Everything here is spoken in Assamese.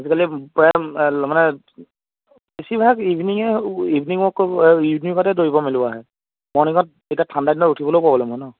আজিকালি প্ৰায় মানে বেছিভাগ ইভিনিঙে ইভিনিং ৱাক কৰিব আহে ইভিনিংতে দৌৰিব মেলিব আহে মৰ্ণনিঙত এতিয়া ঠাণ্ডা দিনত উঠিবলৈও প্ৰ'বলেম হয় নহ্